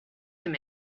him